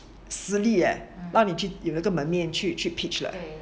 实力 eh 给你那个门面去 pitch eh